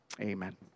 amen